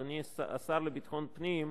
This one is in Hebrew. אדוני השר לביטחון פנים,